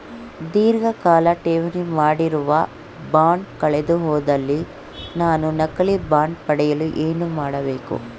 ಧೀರ್ಘಕಾಲ ಠೇವಣಿ ಮಾಡಿರುವ ಬಾಂಡ್ ಕಳೆದುಹೋದಲ್ಲಿ ನಾನು ನಕಲಿ ಬಾಂಡ್ ಪಡೆಯಲು ಏನು ಮಾಡಬೇಕು?